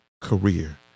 career